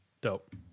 Dope